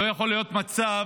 לא יכול להיות מצב